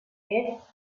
fet